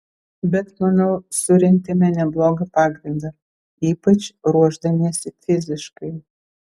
bet manau surentėme neblogą pagrindą ypač ruošdamiesi fiziškai